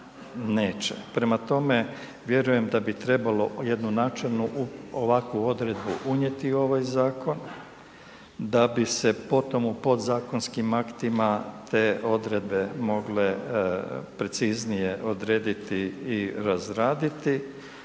Prema tome, vjerujem da bi trebalo jednu načelnu ovakvu odredbu unijeti u ovaj zakon da bi se potom u podzakonskim aktima te odredbe mogle preciznije odrediti i razraditi,